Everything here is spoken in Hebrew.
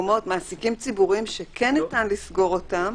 מעסיקים ציבוריים שכן ניתן לסגור אותם.